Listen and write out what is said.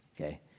okay